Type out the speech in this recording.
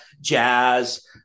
jazz